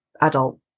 adult